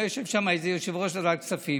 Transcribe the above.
היה יושב שם איזה יושב-ראש ועדת הכספים,